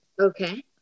okay